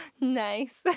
Nice